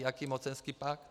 Jaký mocenský pakt?